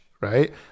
right